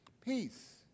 Peace